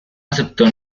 aceptó